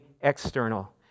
external